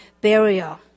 burial